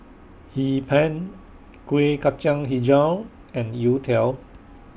Hee Pan Kuih Kacang Hijau and Youtiao